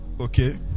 Okay